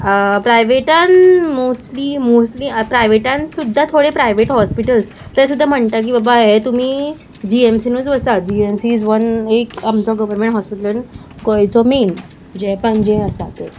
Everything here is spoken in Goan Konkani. प्रायवेटान मोस्टली मोस्टली प्रायवेटान सुद्दां थोडे प्रायवेट हॉस्पिटल्स ते सुद्दां म्हणटा की बाबा हे तुमी जीएमसीनूच वसात जीएमसी इज वन एक आमचो गव्हर्मेंट हॉस्पिटल गोंयचो मेन जे पणजे आसा ते